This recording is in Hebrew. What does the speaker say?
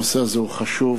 הנושא הזה הוא חשוב.